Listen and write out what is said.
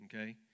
okay